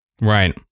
Right